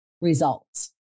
results